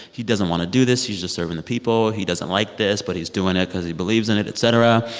he doesn't want to do this. he's just serving the people. he doesn't like this, but he's doing it because he believes in it, et cetera.